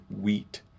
wheat